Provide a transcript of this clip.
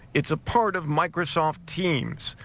it's a part of microsoft teams.